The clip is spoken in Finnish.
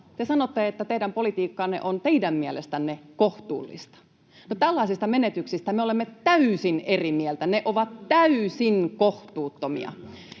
te sanotte, että teidän politiikkanne on teidän mielestänne kohtuullista. No, tällaisista menetyksistä me olemme täysin eri mieltä, ne ovat täysin kohtuuttomia,